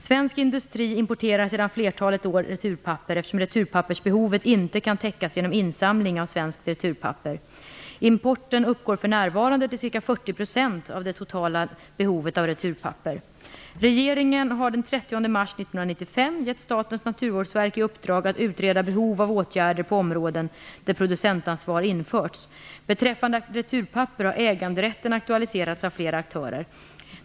Svensk industri importerar sedan flertalet år returpapper eftersom returpappersbehovet inte kan täckas genom insamling av svenskt returpapper. Importen uppgår för närvarande till ca 40 % av det totala behovet av returpapper. Regeringen har den 30 mars 1995 gett Statens naturvårdsverk i uppdrag att utreda behov av åtgärder på områden där producentansvar införts. Beträffande returpapper har äganderätten aktualiserats av flera aktörer.